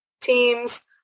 teams